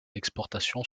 l’exportation